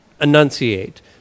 enunciate